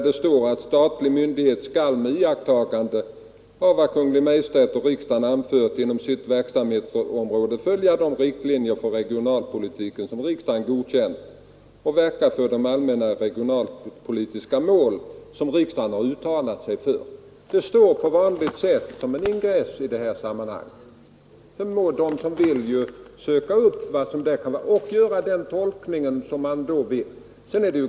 Det står att statlig myndighet skall med iakttagande av vad Kungl. Maj:t och riksdagen anfört inom sitt verksamhetsområde följa de riktlinjer för regionalpolitik som riksdagen godkänt och verka för de allmänna regionalpolitiska mål som riksdagen har uttalat sig för. Det står på vanligt sätt som en ingress i detta sammanhang. Sedan må andra göra den tolkning de vill.